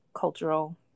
cultural